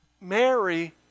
Mary